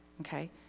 okay